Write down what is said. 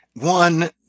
one